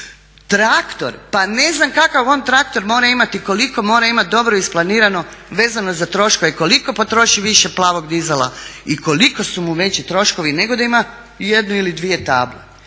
Traktor, pa ne znam kakav on traktor mora imati, koliko mora imati dobro isplanirano vezano za troškove, koliko potroši više plavog dizela i koliko su mu veći troškovi nego da ima jednu ili dvije table.